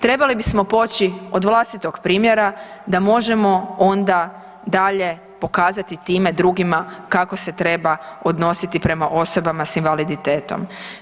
Trebali bismo poći od vlastitog primjera da možemo onda dalje pokazati time drugima kako se treba odnositi prema osobama s invaliditetom.